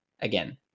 again